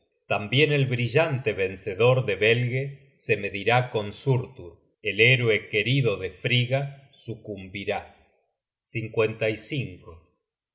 tambien el brillante vencedor de belge se medirá con surtur el héroe querido de frigga sucumbirá